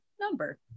number